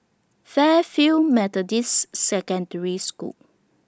Fairfield Methodist Secondary School